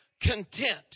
content